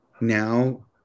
Now